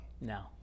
No